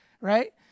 right